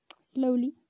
Slowly